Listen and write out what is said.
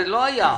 זה לא היה,